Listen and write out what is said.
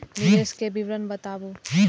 निवेश के विवरण बताबू?